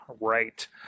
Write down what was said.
Right